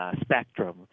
spectrum